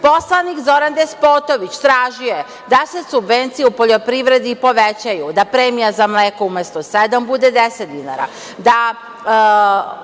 Srbije. Poslanik Zoran Despotović tražio je da se subvencije u poljoprivredi povećaju i da premija za mleko umesto sedam bude 10 dinara,